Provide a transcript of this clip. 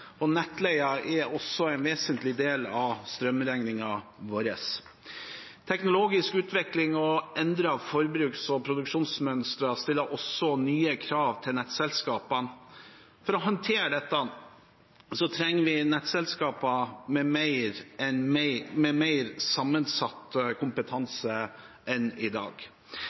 er også en vesentlig del av strømregningen vår. Teknologisk utvikling og endrede forbruks- og produksjonsmønstre stiller også nye krav til nettselskapene. For å håndtere dette trenger vi nettselskaper med en mer sammensatt kompetanse enn i dag,